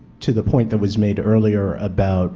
to the point that was made earlier about